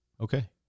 Okay